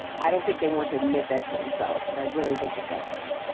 i don't think they want to admit that to themselves, but i really think that that's true.